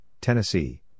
Tennessee